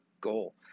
Goal